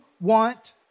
want